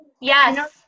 yes